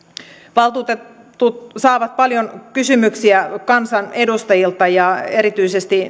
valtuutetut saavat paljon kysymyksiä kansanedustajilta ja erityisesti